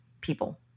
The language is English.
people